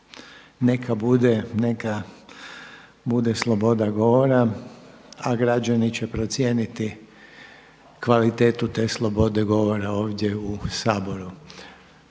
neka bude sloboda govora, a građani će procijeniti kvalitetu te slobode govora ovdje u Saboru.